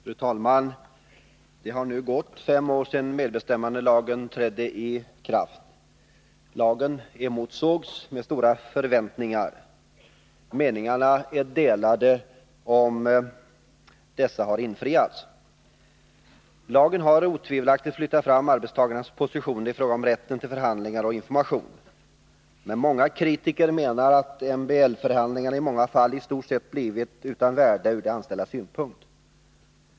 Fru talman! Det har nu gått fem år sedan medbestämmandelagen trädde i kraft. Lagen emotsågs med stora förväntningar. Meningarna är delade i frågan, om dessa har infriats. Lagen har otvivelaktigt flyttat fram arbetstagarnas positioner i fråga om rätten till förhandlingar och information. Men många kritiker menar att MBL-förhandlingarna i många fall i stort sett blivit utan värde från de anställdas synpunkt.